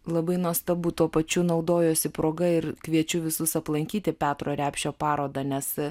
labai nuostabu tuo pačiu naudojuosi proga ir kviečiu visus aplankyti petro repšio parodą nes